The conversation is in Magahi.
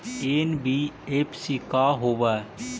एन.बी.एफ.सी का होब?